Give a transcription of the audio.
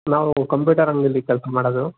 ನಾವು ಕಂಪ್ಯೂಟರ್ ಅಂಗಡಿಲ್ಲಿ ಕೆಲಸ ಮಾಡೋದು